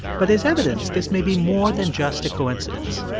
but there's evidence this may be more than just a coincidence.